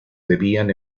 debían